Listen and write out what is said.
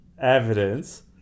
evidence